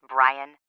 Brian